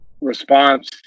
response